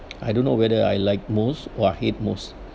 I don't know whether I like most or hate most